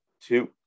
two